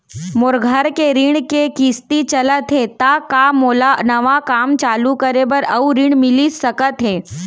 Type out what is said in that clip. मोर घर के ऋण के किसती चलत हे ता का मोला नवा काम चालू करे बर अऊ ऋण मिलिस सकत हे?